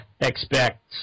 expect